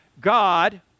God